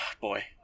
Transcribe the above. boy